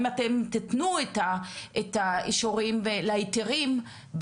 אם אתם תתנו את האישורים להיתרים,